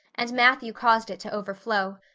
and matthew caused it to overflow.